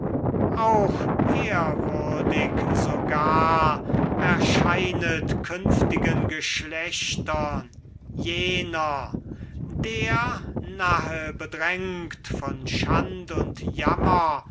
auch ehrwürdig sogar erscheinet künft'gen geschlechtern jener der nahe bedrängt von schand und jammer